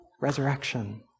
resurrection